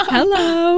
Hello